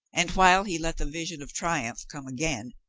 and while he let the vision of triumph come again,